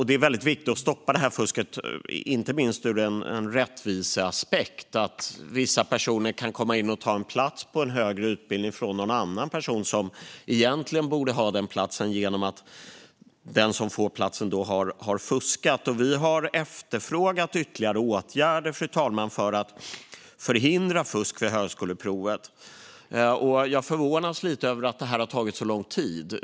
Det är väldigt viktigt att stoppa fusket inte minst ur en rättviseaspekt, då vissa personer kan komma in på en högre utbildning och därmed ta en plats från en annan person som egentligen borde ha haft den. Den som får platsen har nämligen fuskat. Vi har efterfrågat ytterligare åtgärder för att förhindra fusk vid högskoleprovet, fru talman, och jag förvånas lite över att detta har tagit så lång tid.